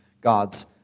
God's